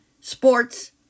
sports